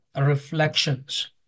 reflections